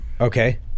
Okay